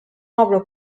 avro